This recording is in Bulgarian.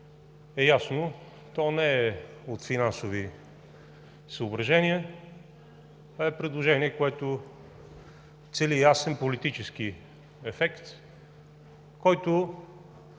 е ясно, но не е от финансови съображения, а е предложение, което цели ясен политически ефект, който,